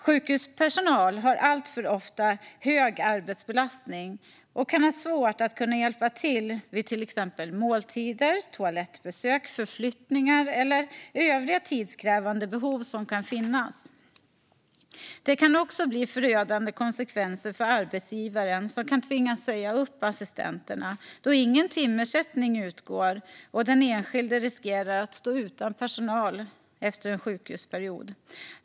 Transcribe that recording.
Sjukhuspersonal har alltför ofta en hög arbetsbelastning och kan ha svårt att kunna hjälpa till vid till exempel måltider, toalettbesök, förflyttningar eller övriga tidskrävande behov som kan finnas. Det kan också bli förödande konsekvenser för arbetsgivaren, som kan tvingas säga upp assistenterna då ingen timersättning utgår, och den enskilde riskerar att stå utan personal efter en sjukhusperiod.